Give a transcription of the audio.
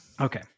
okay